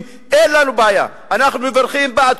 אין לנו בעיה להקים יישובים קהילתיים יהודיים.